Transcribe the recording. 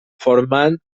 formant